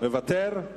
מוותר?